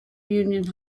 union